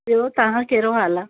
ॿियो तव्हां कहिड़ो हाल आहे